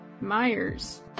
Myers